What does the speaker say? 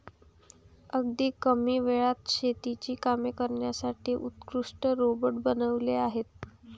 अगदी कमी वेळात शेतीची कामे करण्यासाठी कृषी रोबोट बनवले आहेत